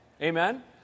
Amen